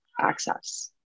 access